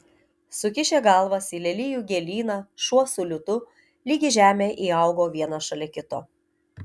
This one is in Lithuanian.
sukišę galvas į lelijų gėlyną šuo su liūtu lyg į žemę įaugo vienas šalia kito